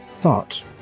thought